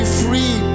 free